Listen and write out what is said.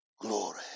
Glory